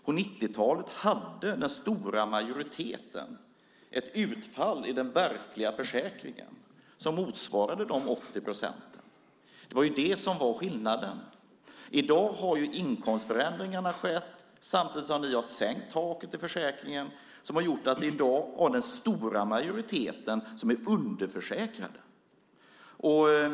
På 90-talet hade den stora majoriteten ett utfall i den verkliga försäkringen som motsvarade de 80 procenten. Det var det som var skillnaden. I dag har inkomstförändringarna skett samtidigt som ni har sänkt taket i försäkringen som har gjort att den stora majoriteten i dag är underförsäkrad.